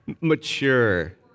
Mature